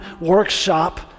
workshop